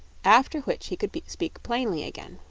after which he could speak plainly again.